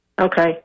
Okay